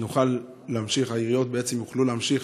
שהעיריות יוכלו להמשיך